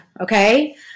okay